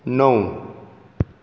णव